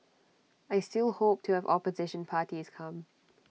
I still hope to have opposition parties come